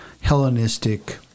Hellenistic